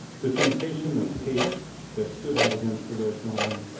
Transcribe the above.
the temptation of hate that stood out against the red dawn,